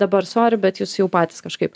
dabar sorry bet jūs jau patys kažkaip